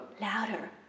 louder